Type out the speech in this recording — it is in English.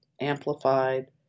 amplified